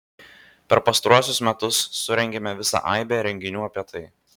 per pastaruosius metus surengėme visą aibę renginių apie tai